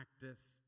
practice